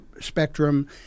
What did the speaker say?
spectrum